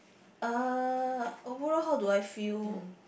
uh overall how do I feel